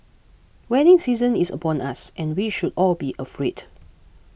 wedding season is upon us and we should all be afraid